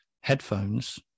headphones